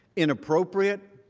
inappropriate,